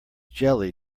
jelly